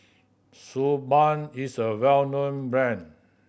Suu Balm is a well known brand